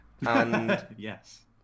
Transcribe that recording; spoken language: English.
Yes